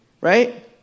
Right